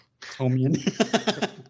Tomian